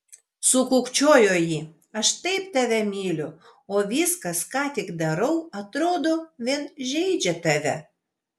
sukūkčiojo ji aš taip tave myliu o viskas ką tik darau atrodo vien žeidžia tave